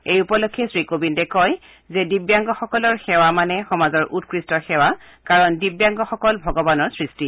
এই উপলক্ষে শ্ৰীকোবিন্দে কয় যে দিব্যাংগসকলৰ সেৱা মানে সমাজৰ উৎকৃষ্ট সেৱা কাৰণ দিব্যাংগসকল ভগৱানৰ সৃষ্টি